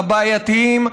הבעייתיים,